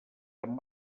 amb